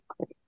Okay